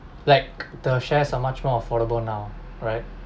like the shares are much more affordable now right